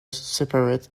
separate